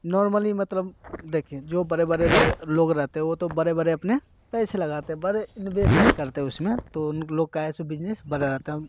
normally मतलब देखिए जो बड़े बड़े लोग रहते हैं वो तो बड़े बड़े अपने पैसे लगाते हैं बड़े इंवेस्ट करते हैं उसमें तो उन लोग का बिजनेस बना रहता है